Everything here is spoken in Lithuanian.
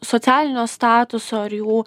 socialinio statuso ar jų